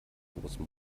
großen